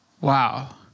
Wow